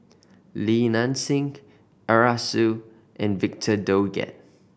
Li Nanxing Arasu and Victor Doggett